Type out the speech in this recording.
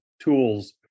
tools